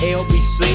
lbc